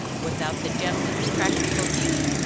without the gentlemen's practical views,